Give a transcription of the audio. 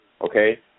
Okay